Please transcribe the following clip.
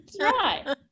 right